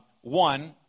One